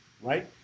right